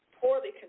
poorly